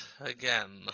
again